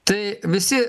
tai visi